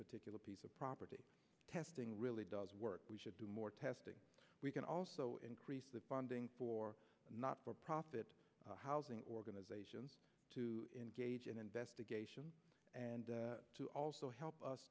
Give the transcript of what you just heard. particular piece of property testing really does work we should do more testing we can also increase the funding for not for profit housing organizations to engage in investigation and to also help us